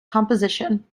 composition